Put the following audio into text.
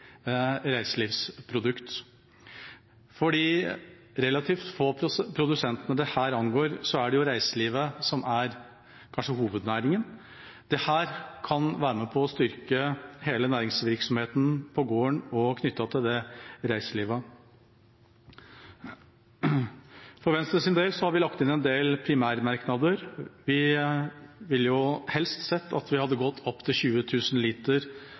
reiselivsprodukt. For de relativt få produsentene dette angår, er det kanskje reiselivet som er hovednæringen. Dette kan være med på å styrke hele den næringsvirksomheten på gården som er knyttet til reiselivet. For Venstres del har vi lagt inn en del primærmerknader. Vi ville jo helst sett at vi hadde gått opp til 20 000 liter